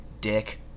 Dick